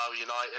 United